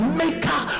maker